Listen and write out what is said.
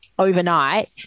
overnight